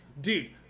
Dude